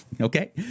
Okay